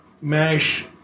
mash